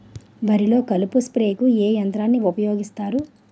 వరిలో కలుపు స్ప్రేకు ఏ యంత్రాన్ని ఊపాయోగిస్తారు?